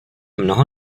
mnoho